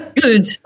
Good